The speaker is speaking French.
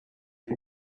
les